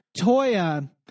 Toya